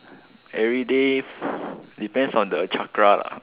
everyday depends on the chakra lah